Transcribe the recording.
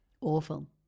Awful